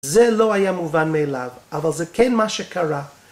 זה לא היה מובן מאליו, אבל זה כן מה שקרה.